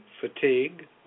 fatigue